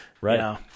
Right